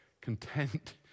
content